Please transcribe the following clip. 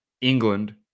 England